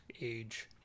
age